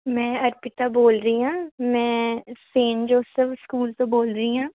ਮੈਂ ਅਰਪਿਤਾ ਬੋਲ ਰਹੀ ਹਾਂ ਮੈਂ ਸੇਨ ਜੋਸਫ ਸਕੂਲ ਤੋਂ ਬੋਲ ਰਹੀ ਹਾਂ